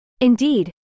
Indeed